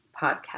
podcast